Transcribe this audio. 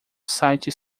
site